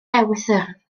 ewythr